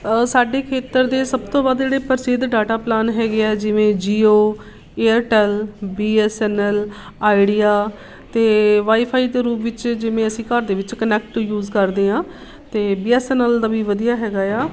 ਉਹ ਸਾਡੇ ਖੇਤਰ ਦੇ ਸਭ ਤੋਂ ਵੱਧ ਜਿਹੜੇ ਪ੍ਰਸਿੱਧ ਡਾਟਾ ਪਲਾਨ ਹੈਗੇ ਹਾਂ ਜਿਵੇਂ Jio Airtel B S N L Idea ਅਤੇ ਵਾਈਫਾਈ ਦੇ ਰੂਪ ਵਿੱਚ ਜਿਵੇਂ ਅਸੀਂ ਘਰ ਦੇ ਵਿੱਚ ਕਨੈਕਟ ਯੂਜ ਕਰਦੇ ਹਾਂ ਅਤੇ ਬੀ ਐੱਸ ਐੱਨ ਐੱਲ ਦਾ ਵੀ ਵਧੀਆ ਹੈਗਾ ਹਾਂ